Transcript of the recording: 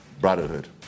Brotherhood